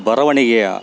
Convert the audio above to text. ಬರವಣಿಗೆಯ